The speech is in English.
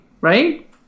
Right